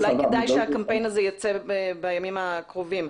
אולי כדאי שהקמפיין הזה ייצא בימים הקרובים.